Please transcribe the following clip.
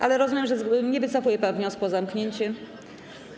Ale rozumiem, że nie wycofuje pan wniosku o zamknięcie obrad?